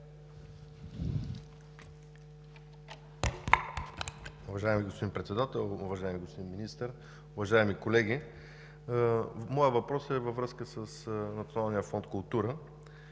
Моят въпрос е във връзка с